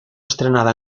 estrenada